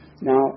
now